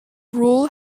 rule